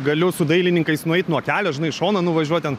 galiu su dailininkais nueit nuo kelio žinai į šoną nuvažiuot ten